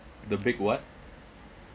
the big what